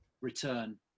return